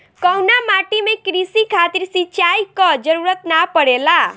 कउना माटी में क़ृषि खातिर सिंचाई क जरूरत ना पड़ेला?